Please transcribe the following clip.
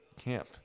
camp